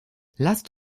lasst